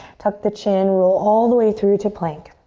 tuck the chin, roll all the way through to plank.